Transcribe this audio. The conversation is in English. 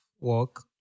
work